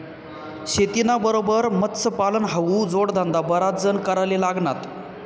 शेतीना बरोबर मत्स्यपालन हावू जोडधंदा बराच जण कराले लागनात